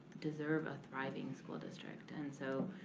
deserve a thriving school district. and so